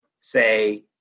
say